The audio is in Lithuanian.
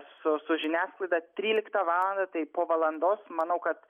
su su žiniasklaida tryliktą valandą tai po valandos manau kad